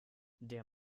der